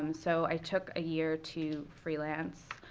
um so i took a year to freelance